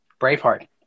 Braveheart